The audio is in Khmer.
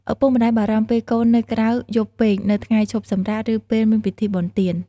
ឪពុកម្តាយបារម្ភពេលកូននៅក្រៅយប់ពេកនៅថ្ងៃឈប់សម្រាក ឬពេលមានពិធីបុណ្យទាន។